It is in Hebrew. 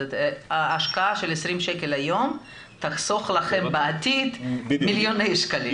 השקעה של 20 שקל היום תחסוך לכם בעתיד מיליוני שקלים.